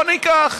בואו ניקח.